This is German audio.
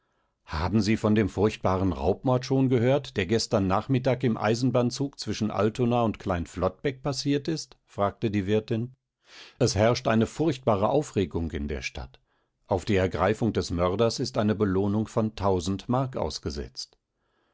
haben sie von dem furchtbaren raubmord schon gehört der gestern nachmittag im eisenbahnzug zwischen altona und klein flottbeck passiert ist fragte die wirtin es herrscht eine furchtbare aufregung in der stadt auf die ergreifung des mörders ist eine belohnung von tausend mark ausgesetzt